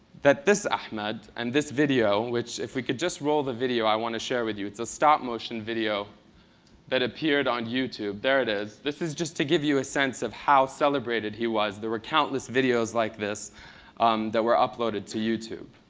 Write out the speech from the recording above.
that this ahmed and this video which if we could just roll the video, i want to share with you. it is a stop-motion video that appeared on youtube. there it is. this is just to give you a sense of how celebrated he was. there were countless videos like this that were uploaded to youtube.